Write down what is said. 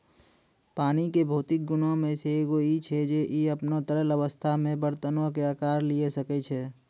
पानी के भौतिक गुणो मे से एगो इ छै जे इ अपनो तरल अवस्था मे बरतनो के अकार लिये सकै छै